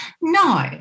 No